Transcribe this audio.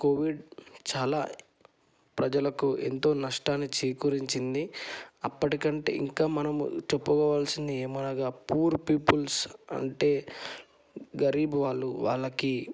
Covid చాలా ప్రజలకు ఎంతో నష్టాన్ని చేకుర్చింది అప్పటికంటే ఇంకా మనం చెప్పుకోవాల్సింది ఏమనగా పూర్ పీపుల్ అంటే గరీబ్ వాళ్ళు వాళ్ళకి